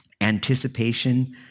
Anticipation